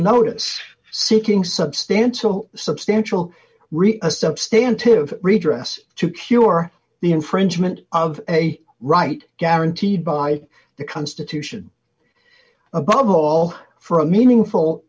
notice seeking substantial substantial a substantive redress to cure the infringement of a right guaranteed by the constitution above all for a meaningful